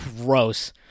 Gross